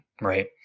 right